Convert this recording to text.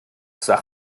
stück